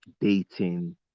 dating